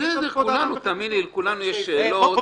בסדר, תאמיני לי שלכולנו יש שאלות,